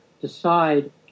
decide